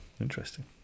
Interesting